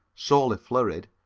sorely flurried,